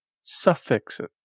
suffixes